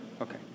Okay